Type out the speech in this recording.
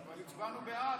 אבל הצבענו בעד.